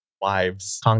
wives